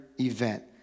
event